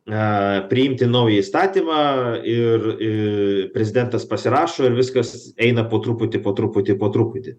na priimti naują įstatymą ir į prezidentas pasirašo ir viskas eina po truputį po truputį po truputį